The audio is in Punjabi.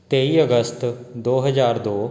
ਤੇਈ ਅਗਸਤ ਦੋ ਹਜ਼ਾਰ ਦੋ